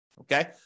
okay